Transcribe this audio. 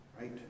right